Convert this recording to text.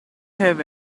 have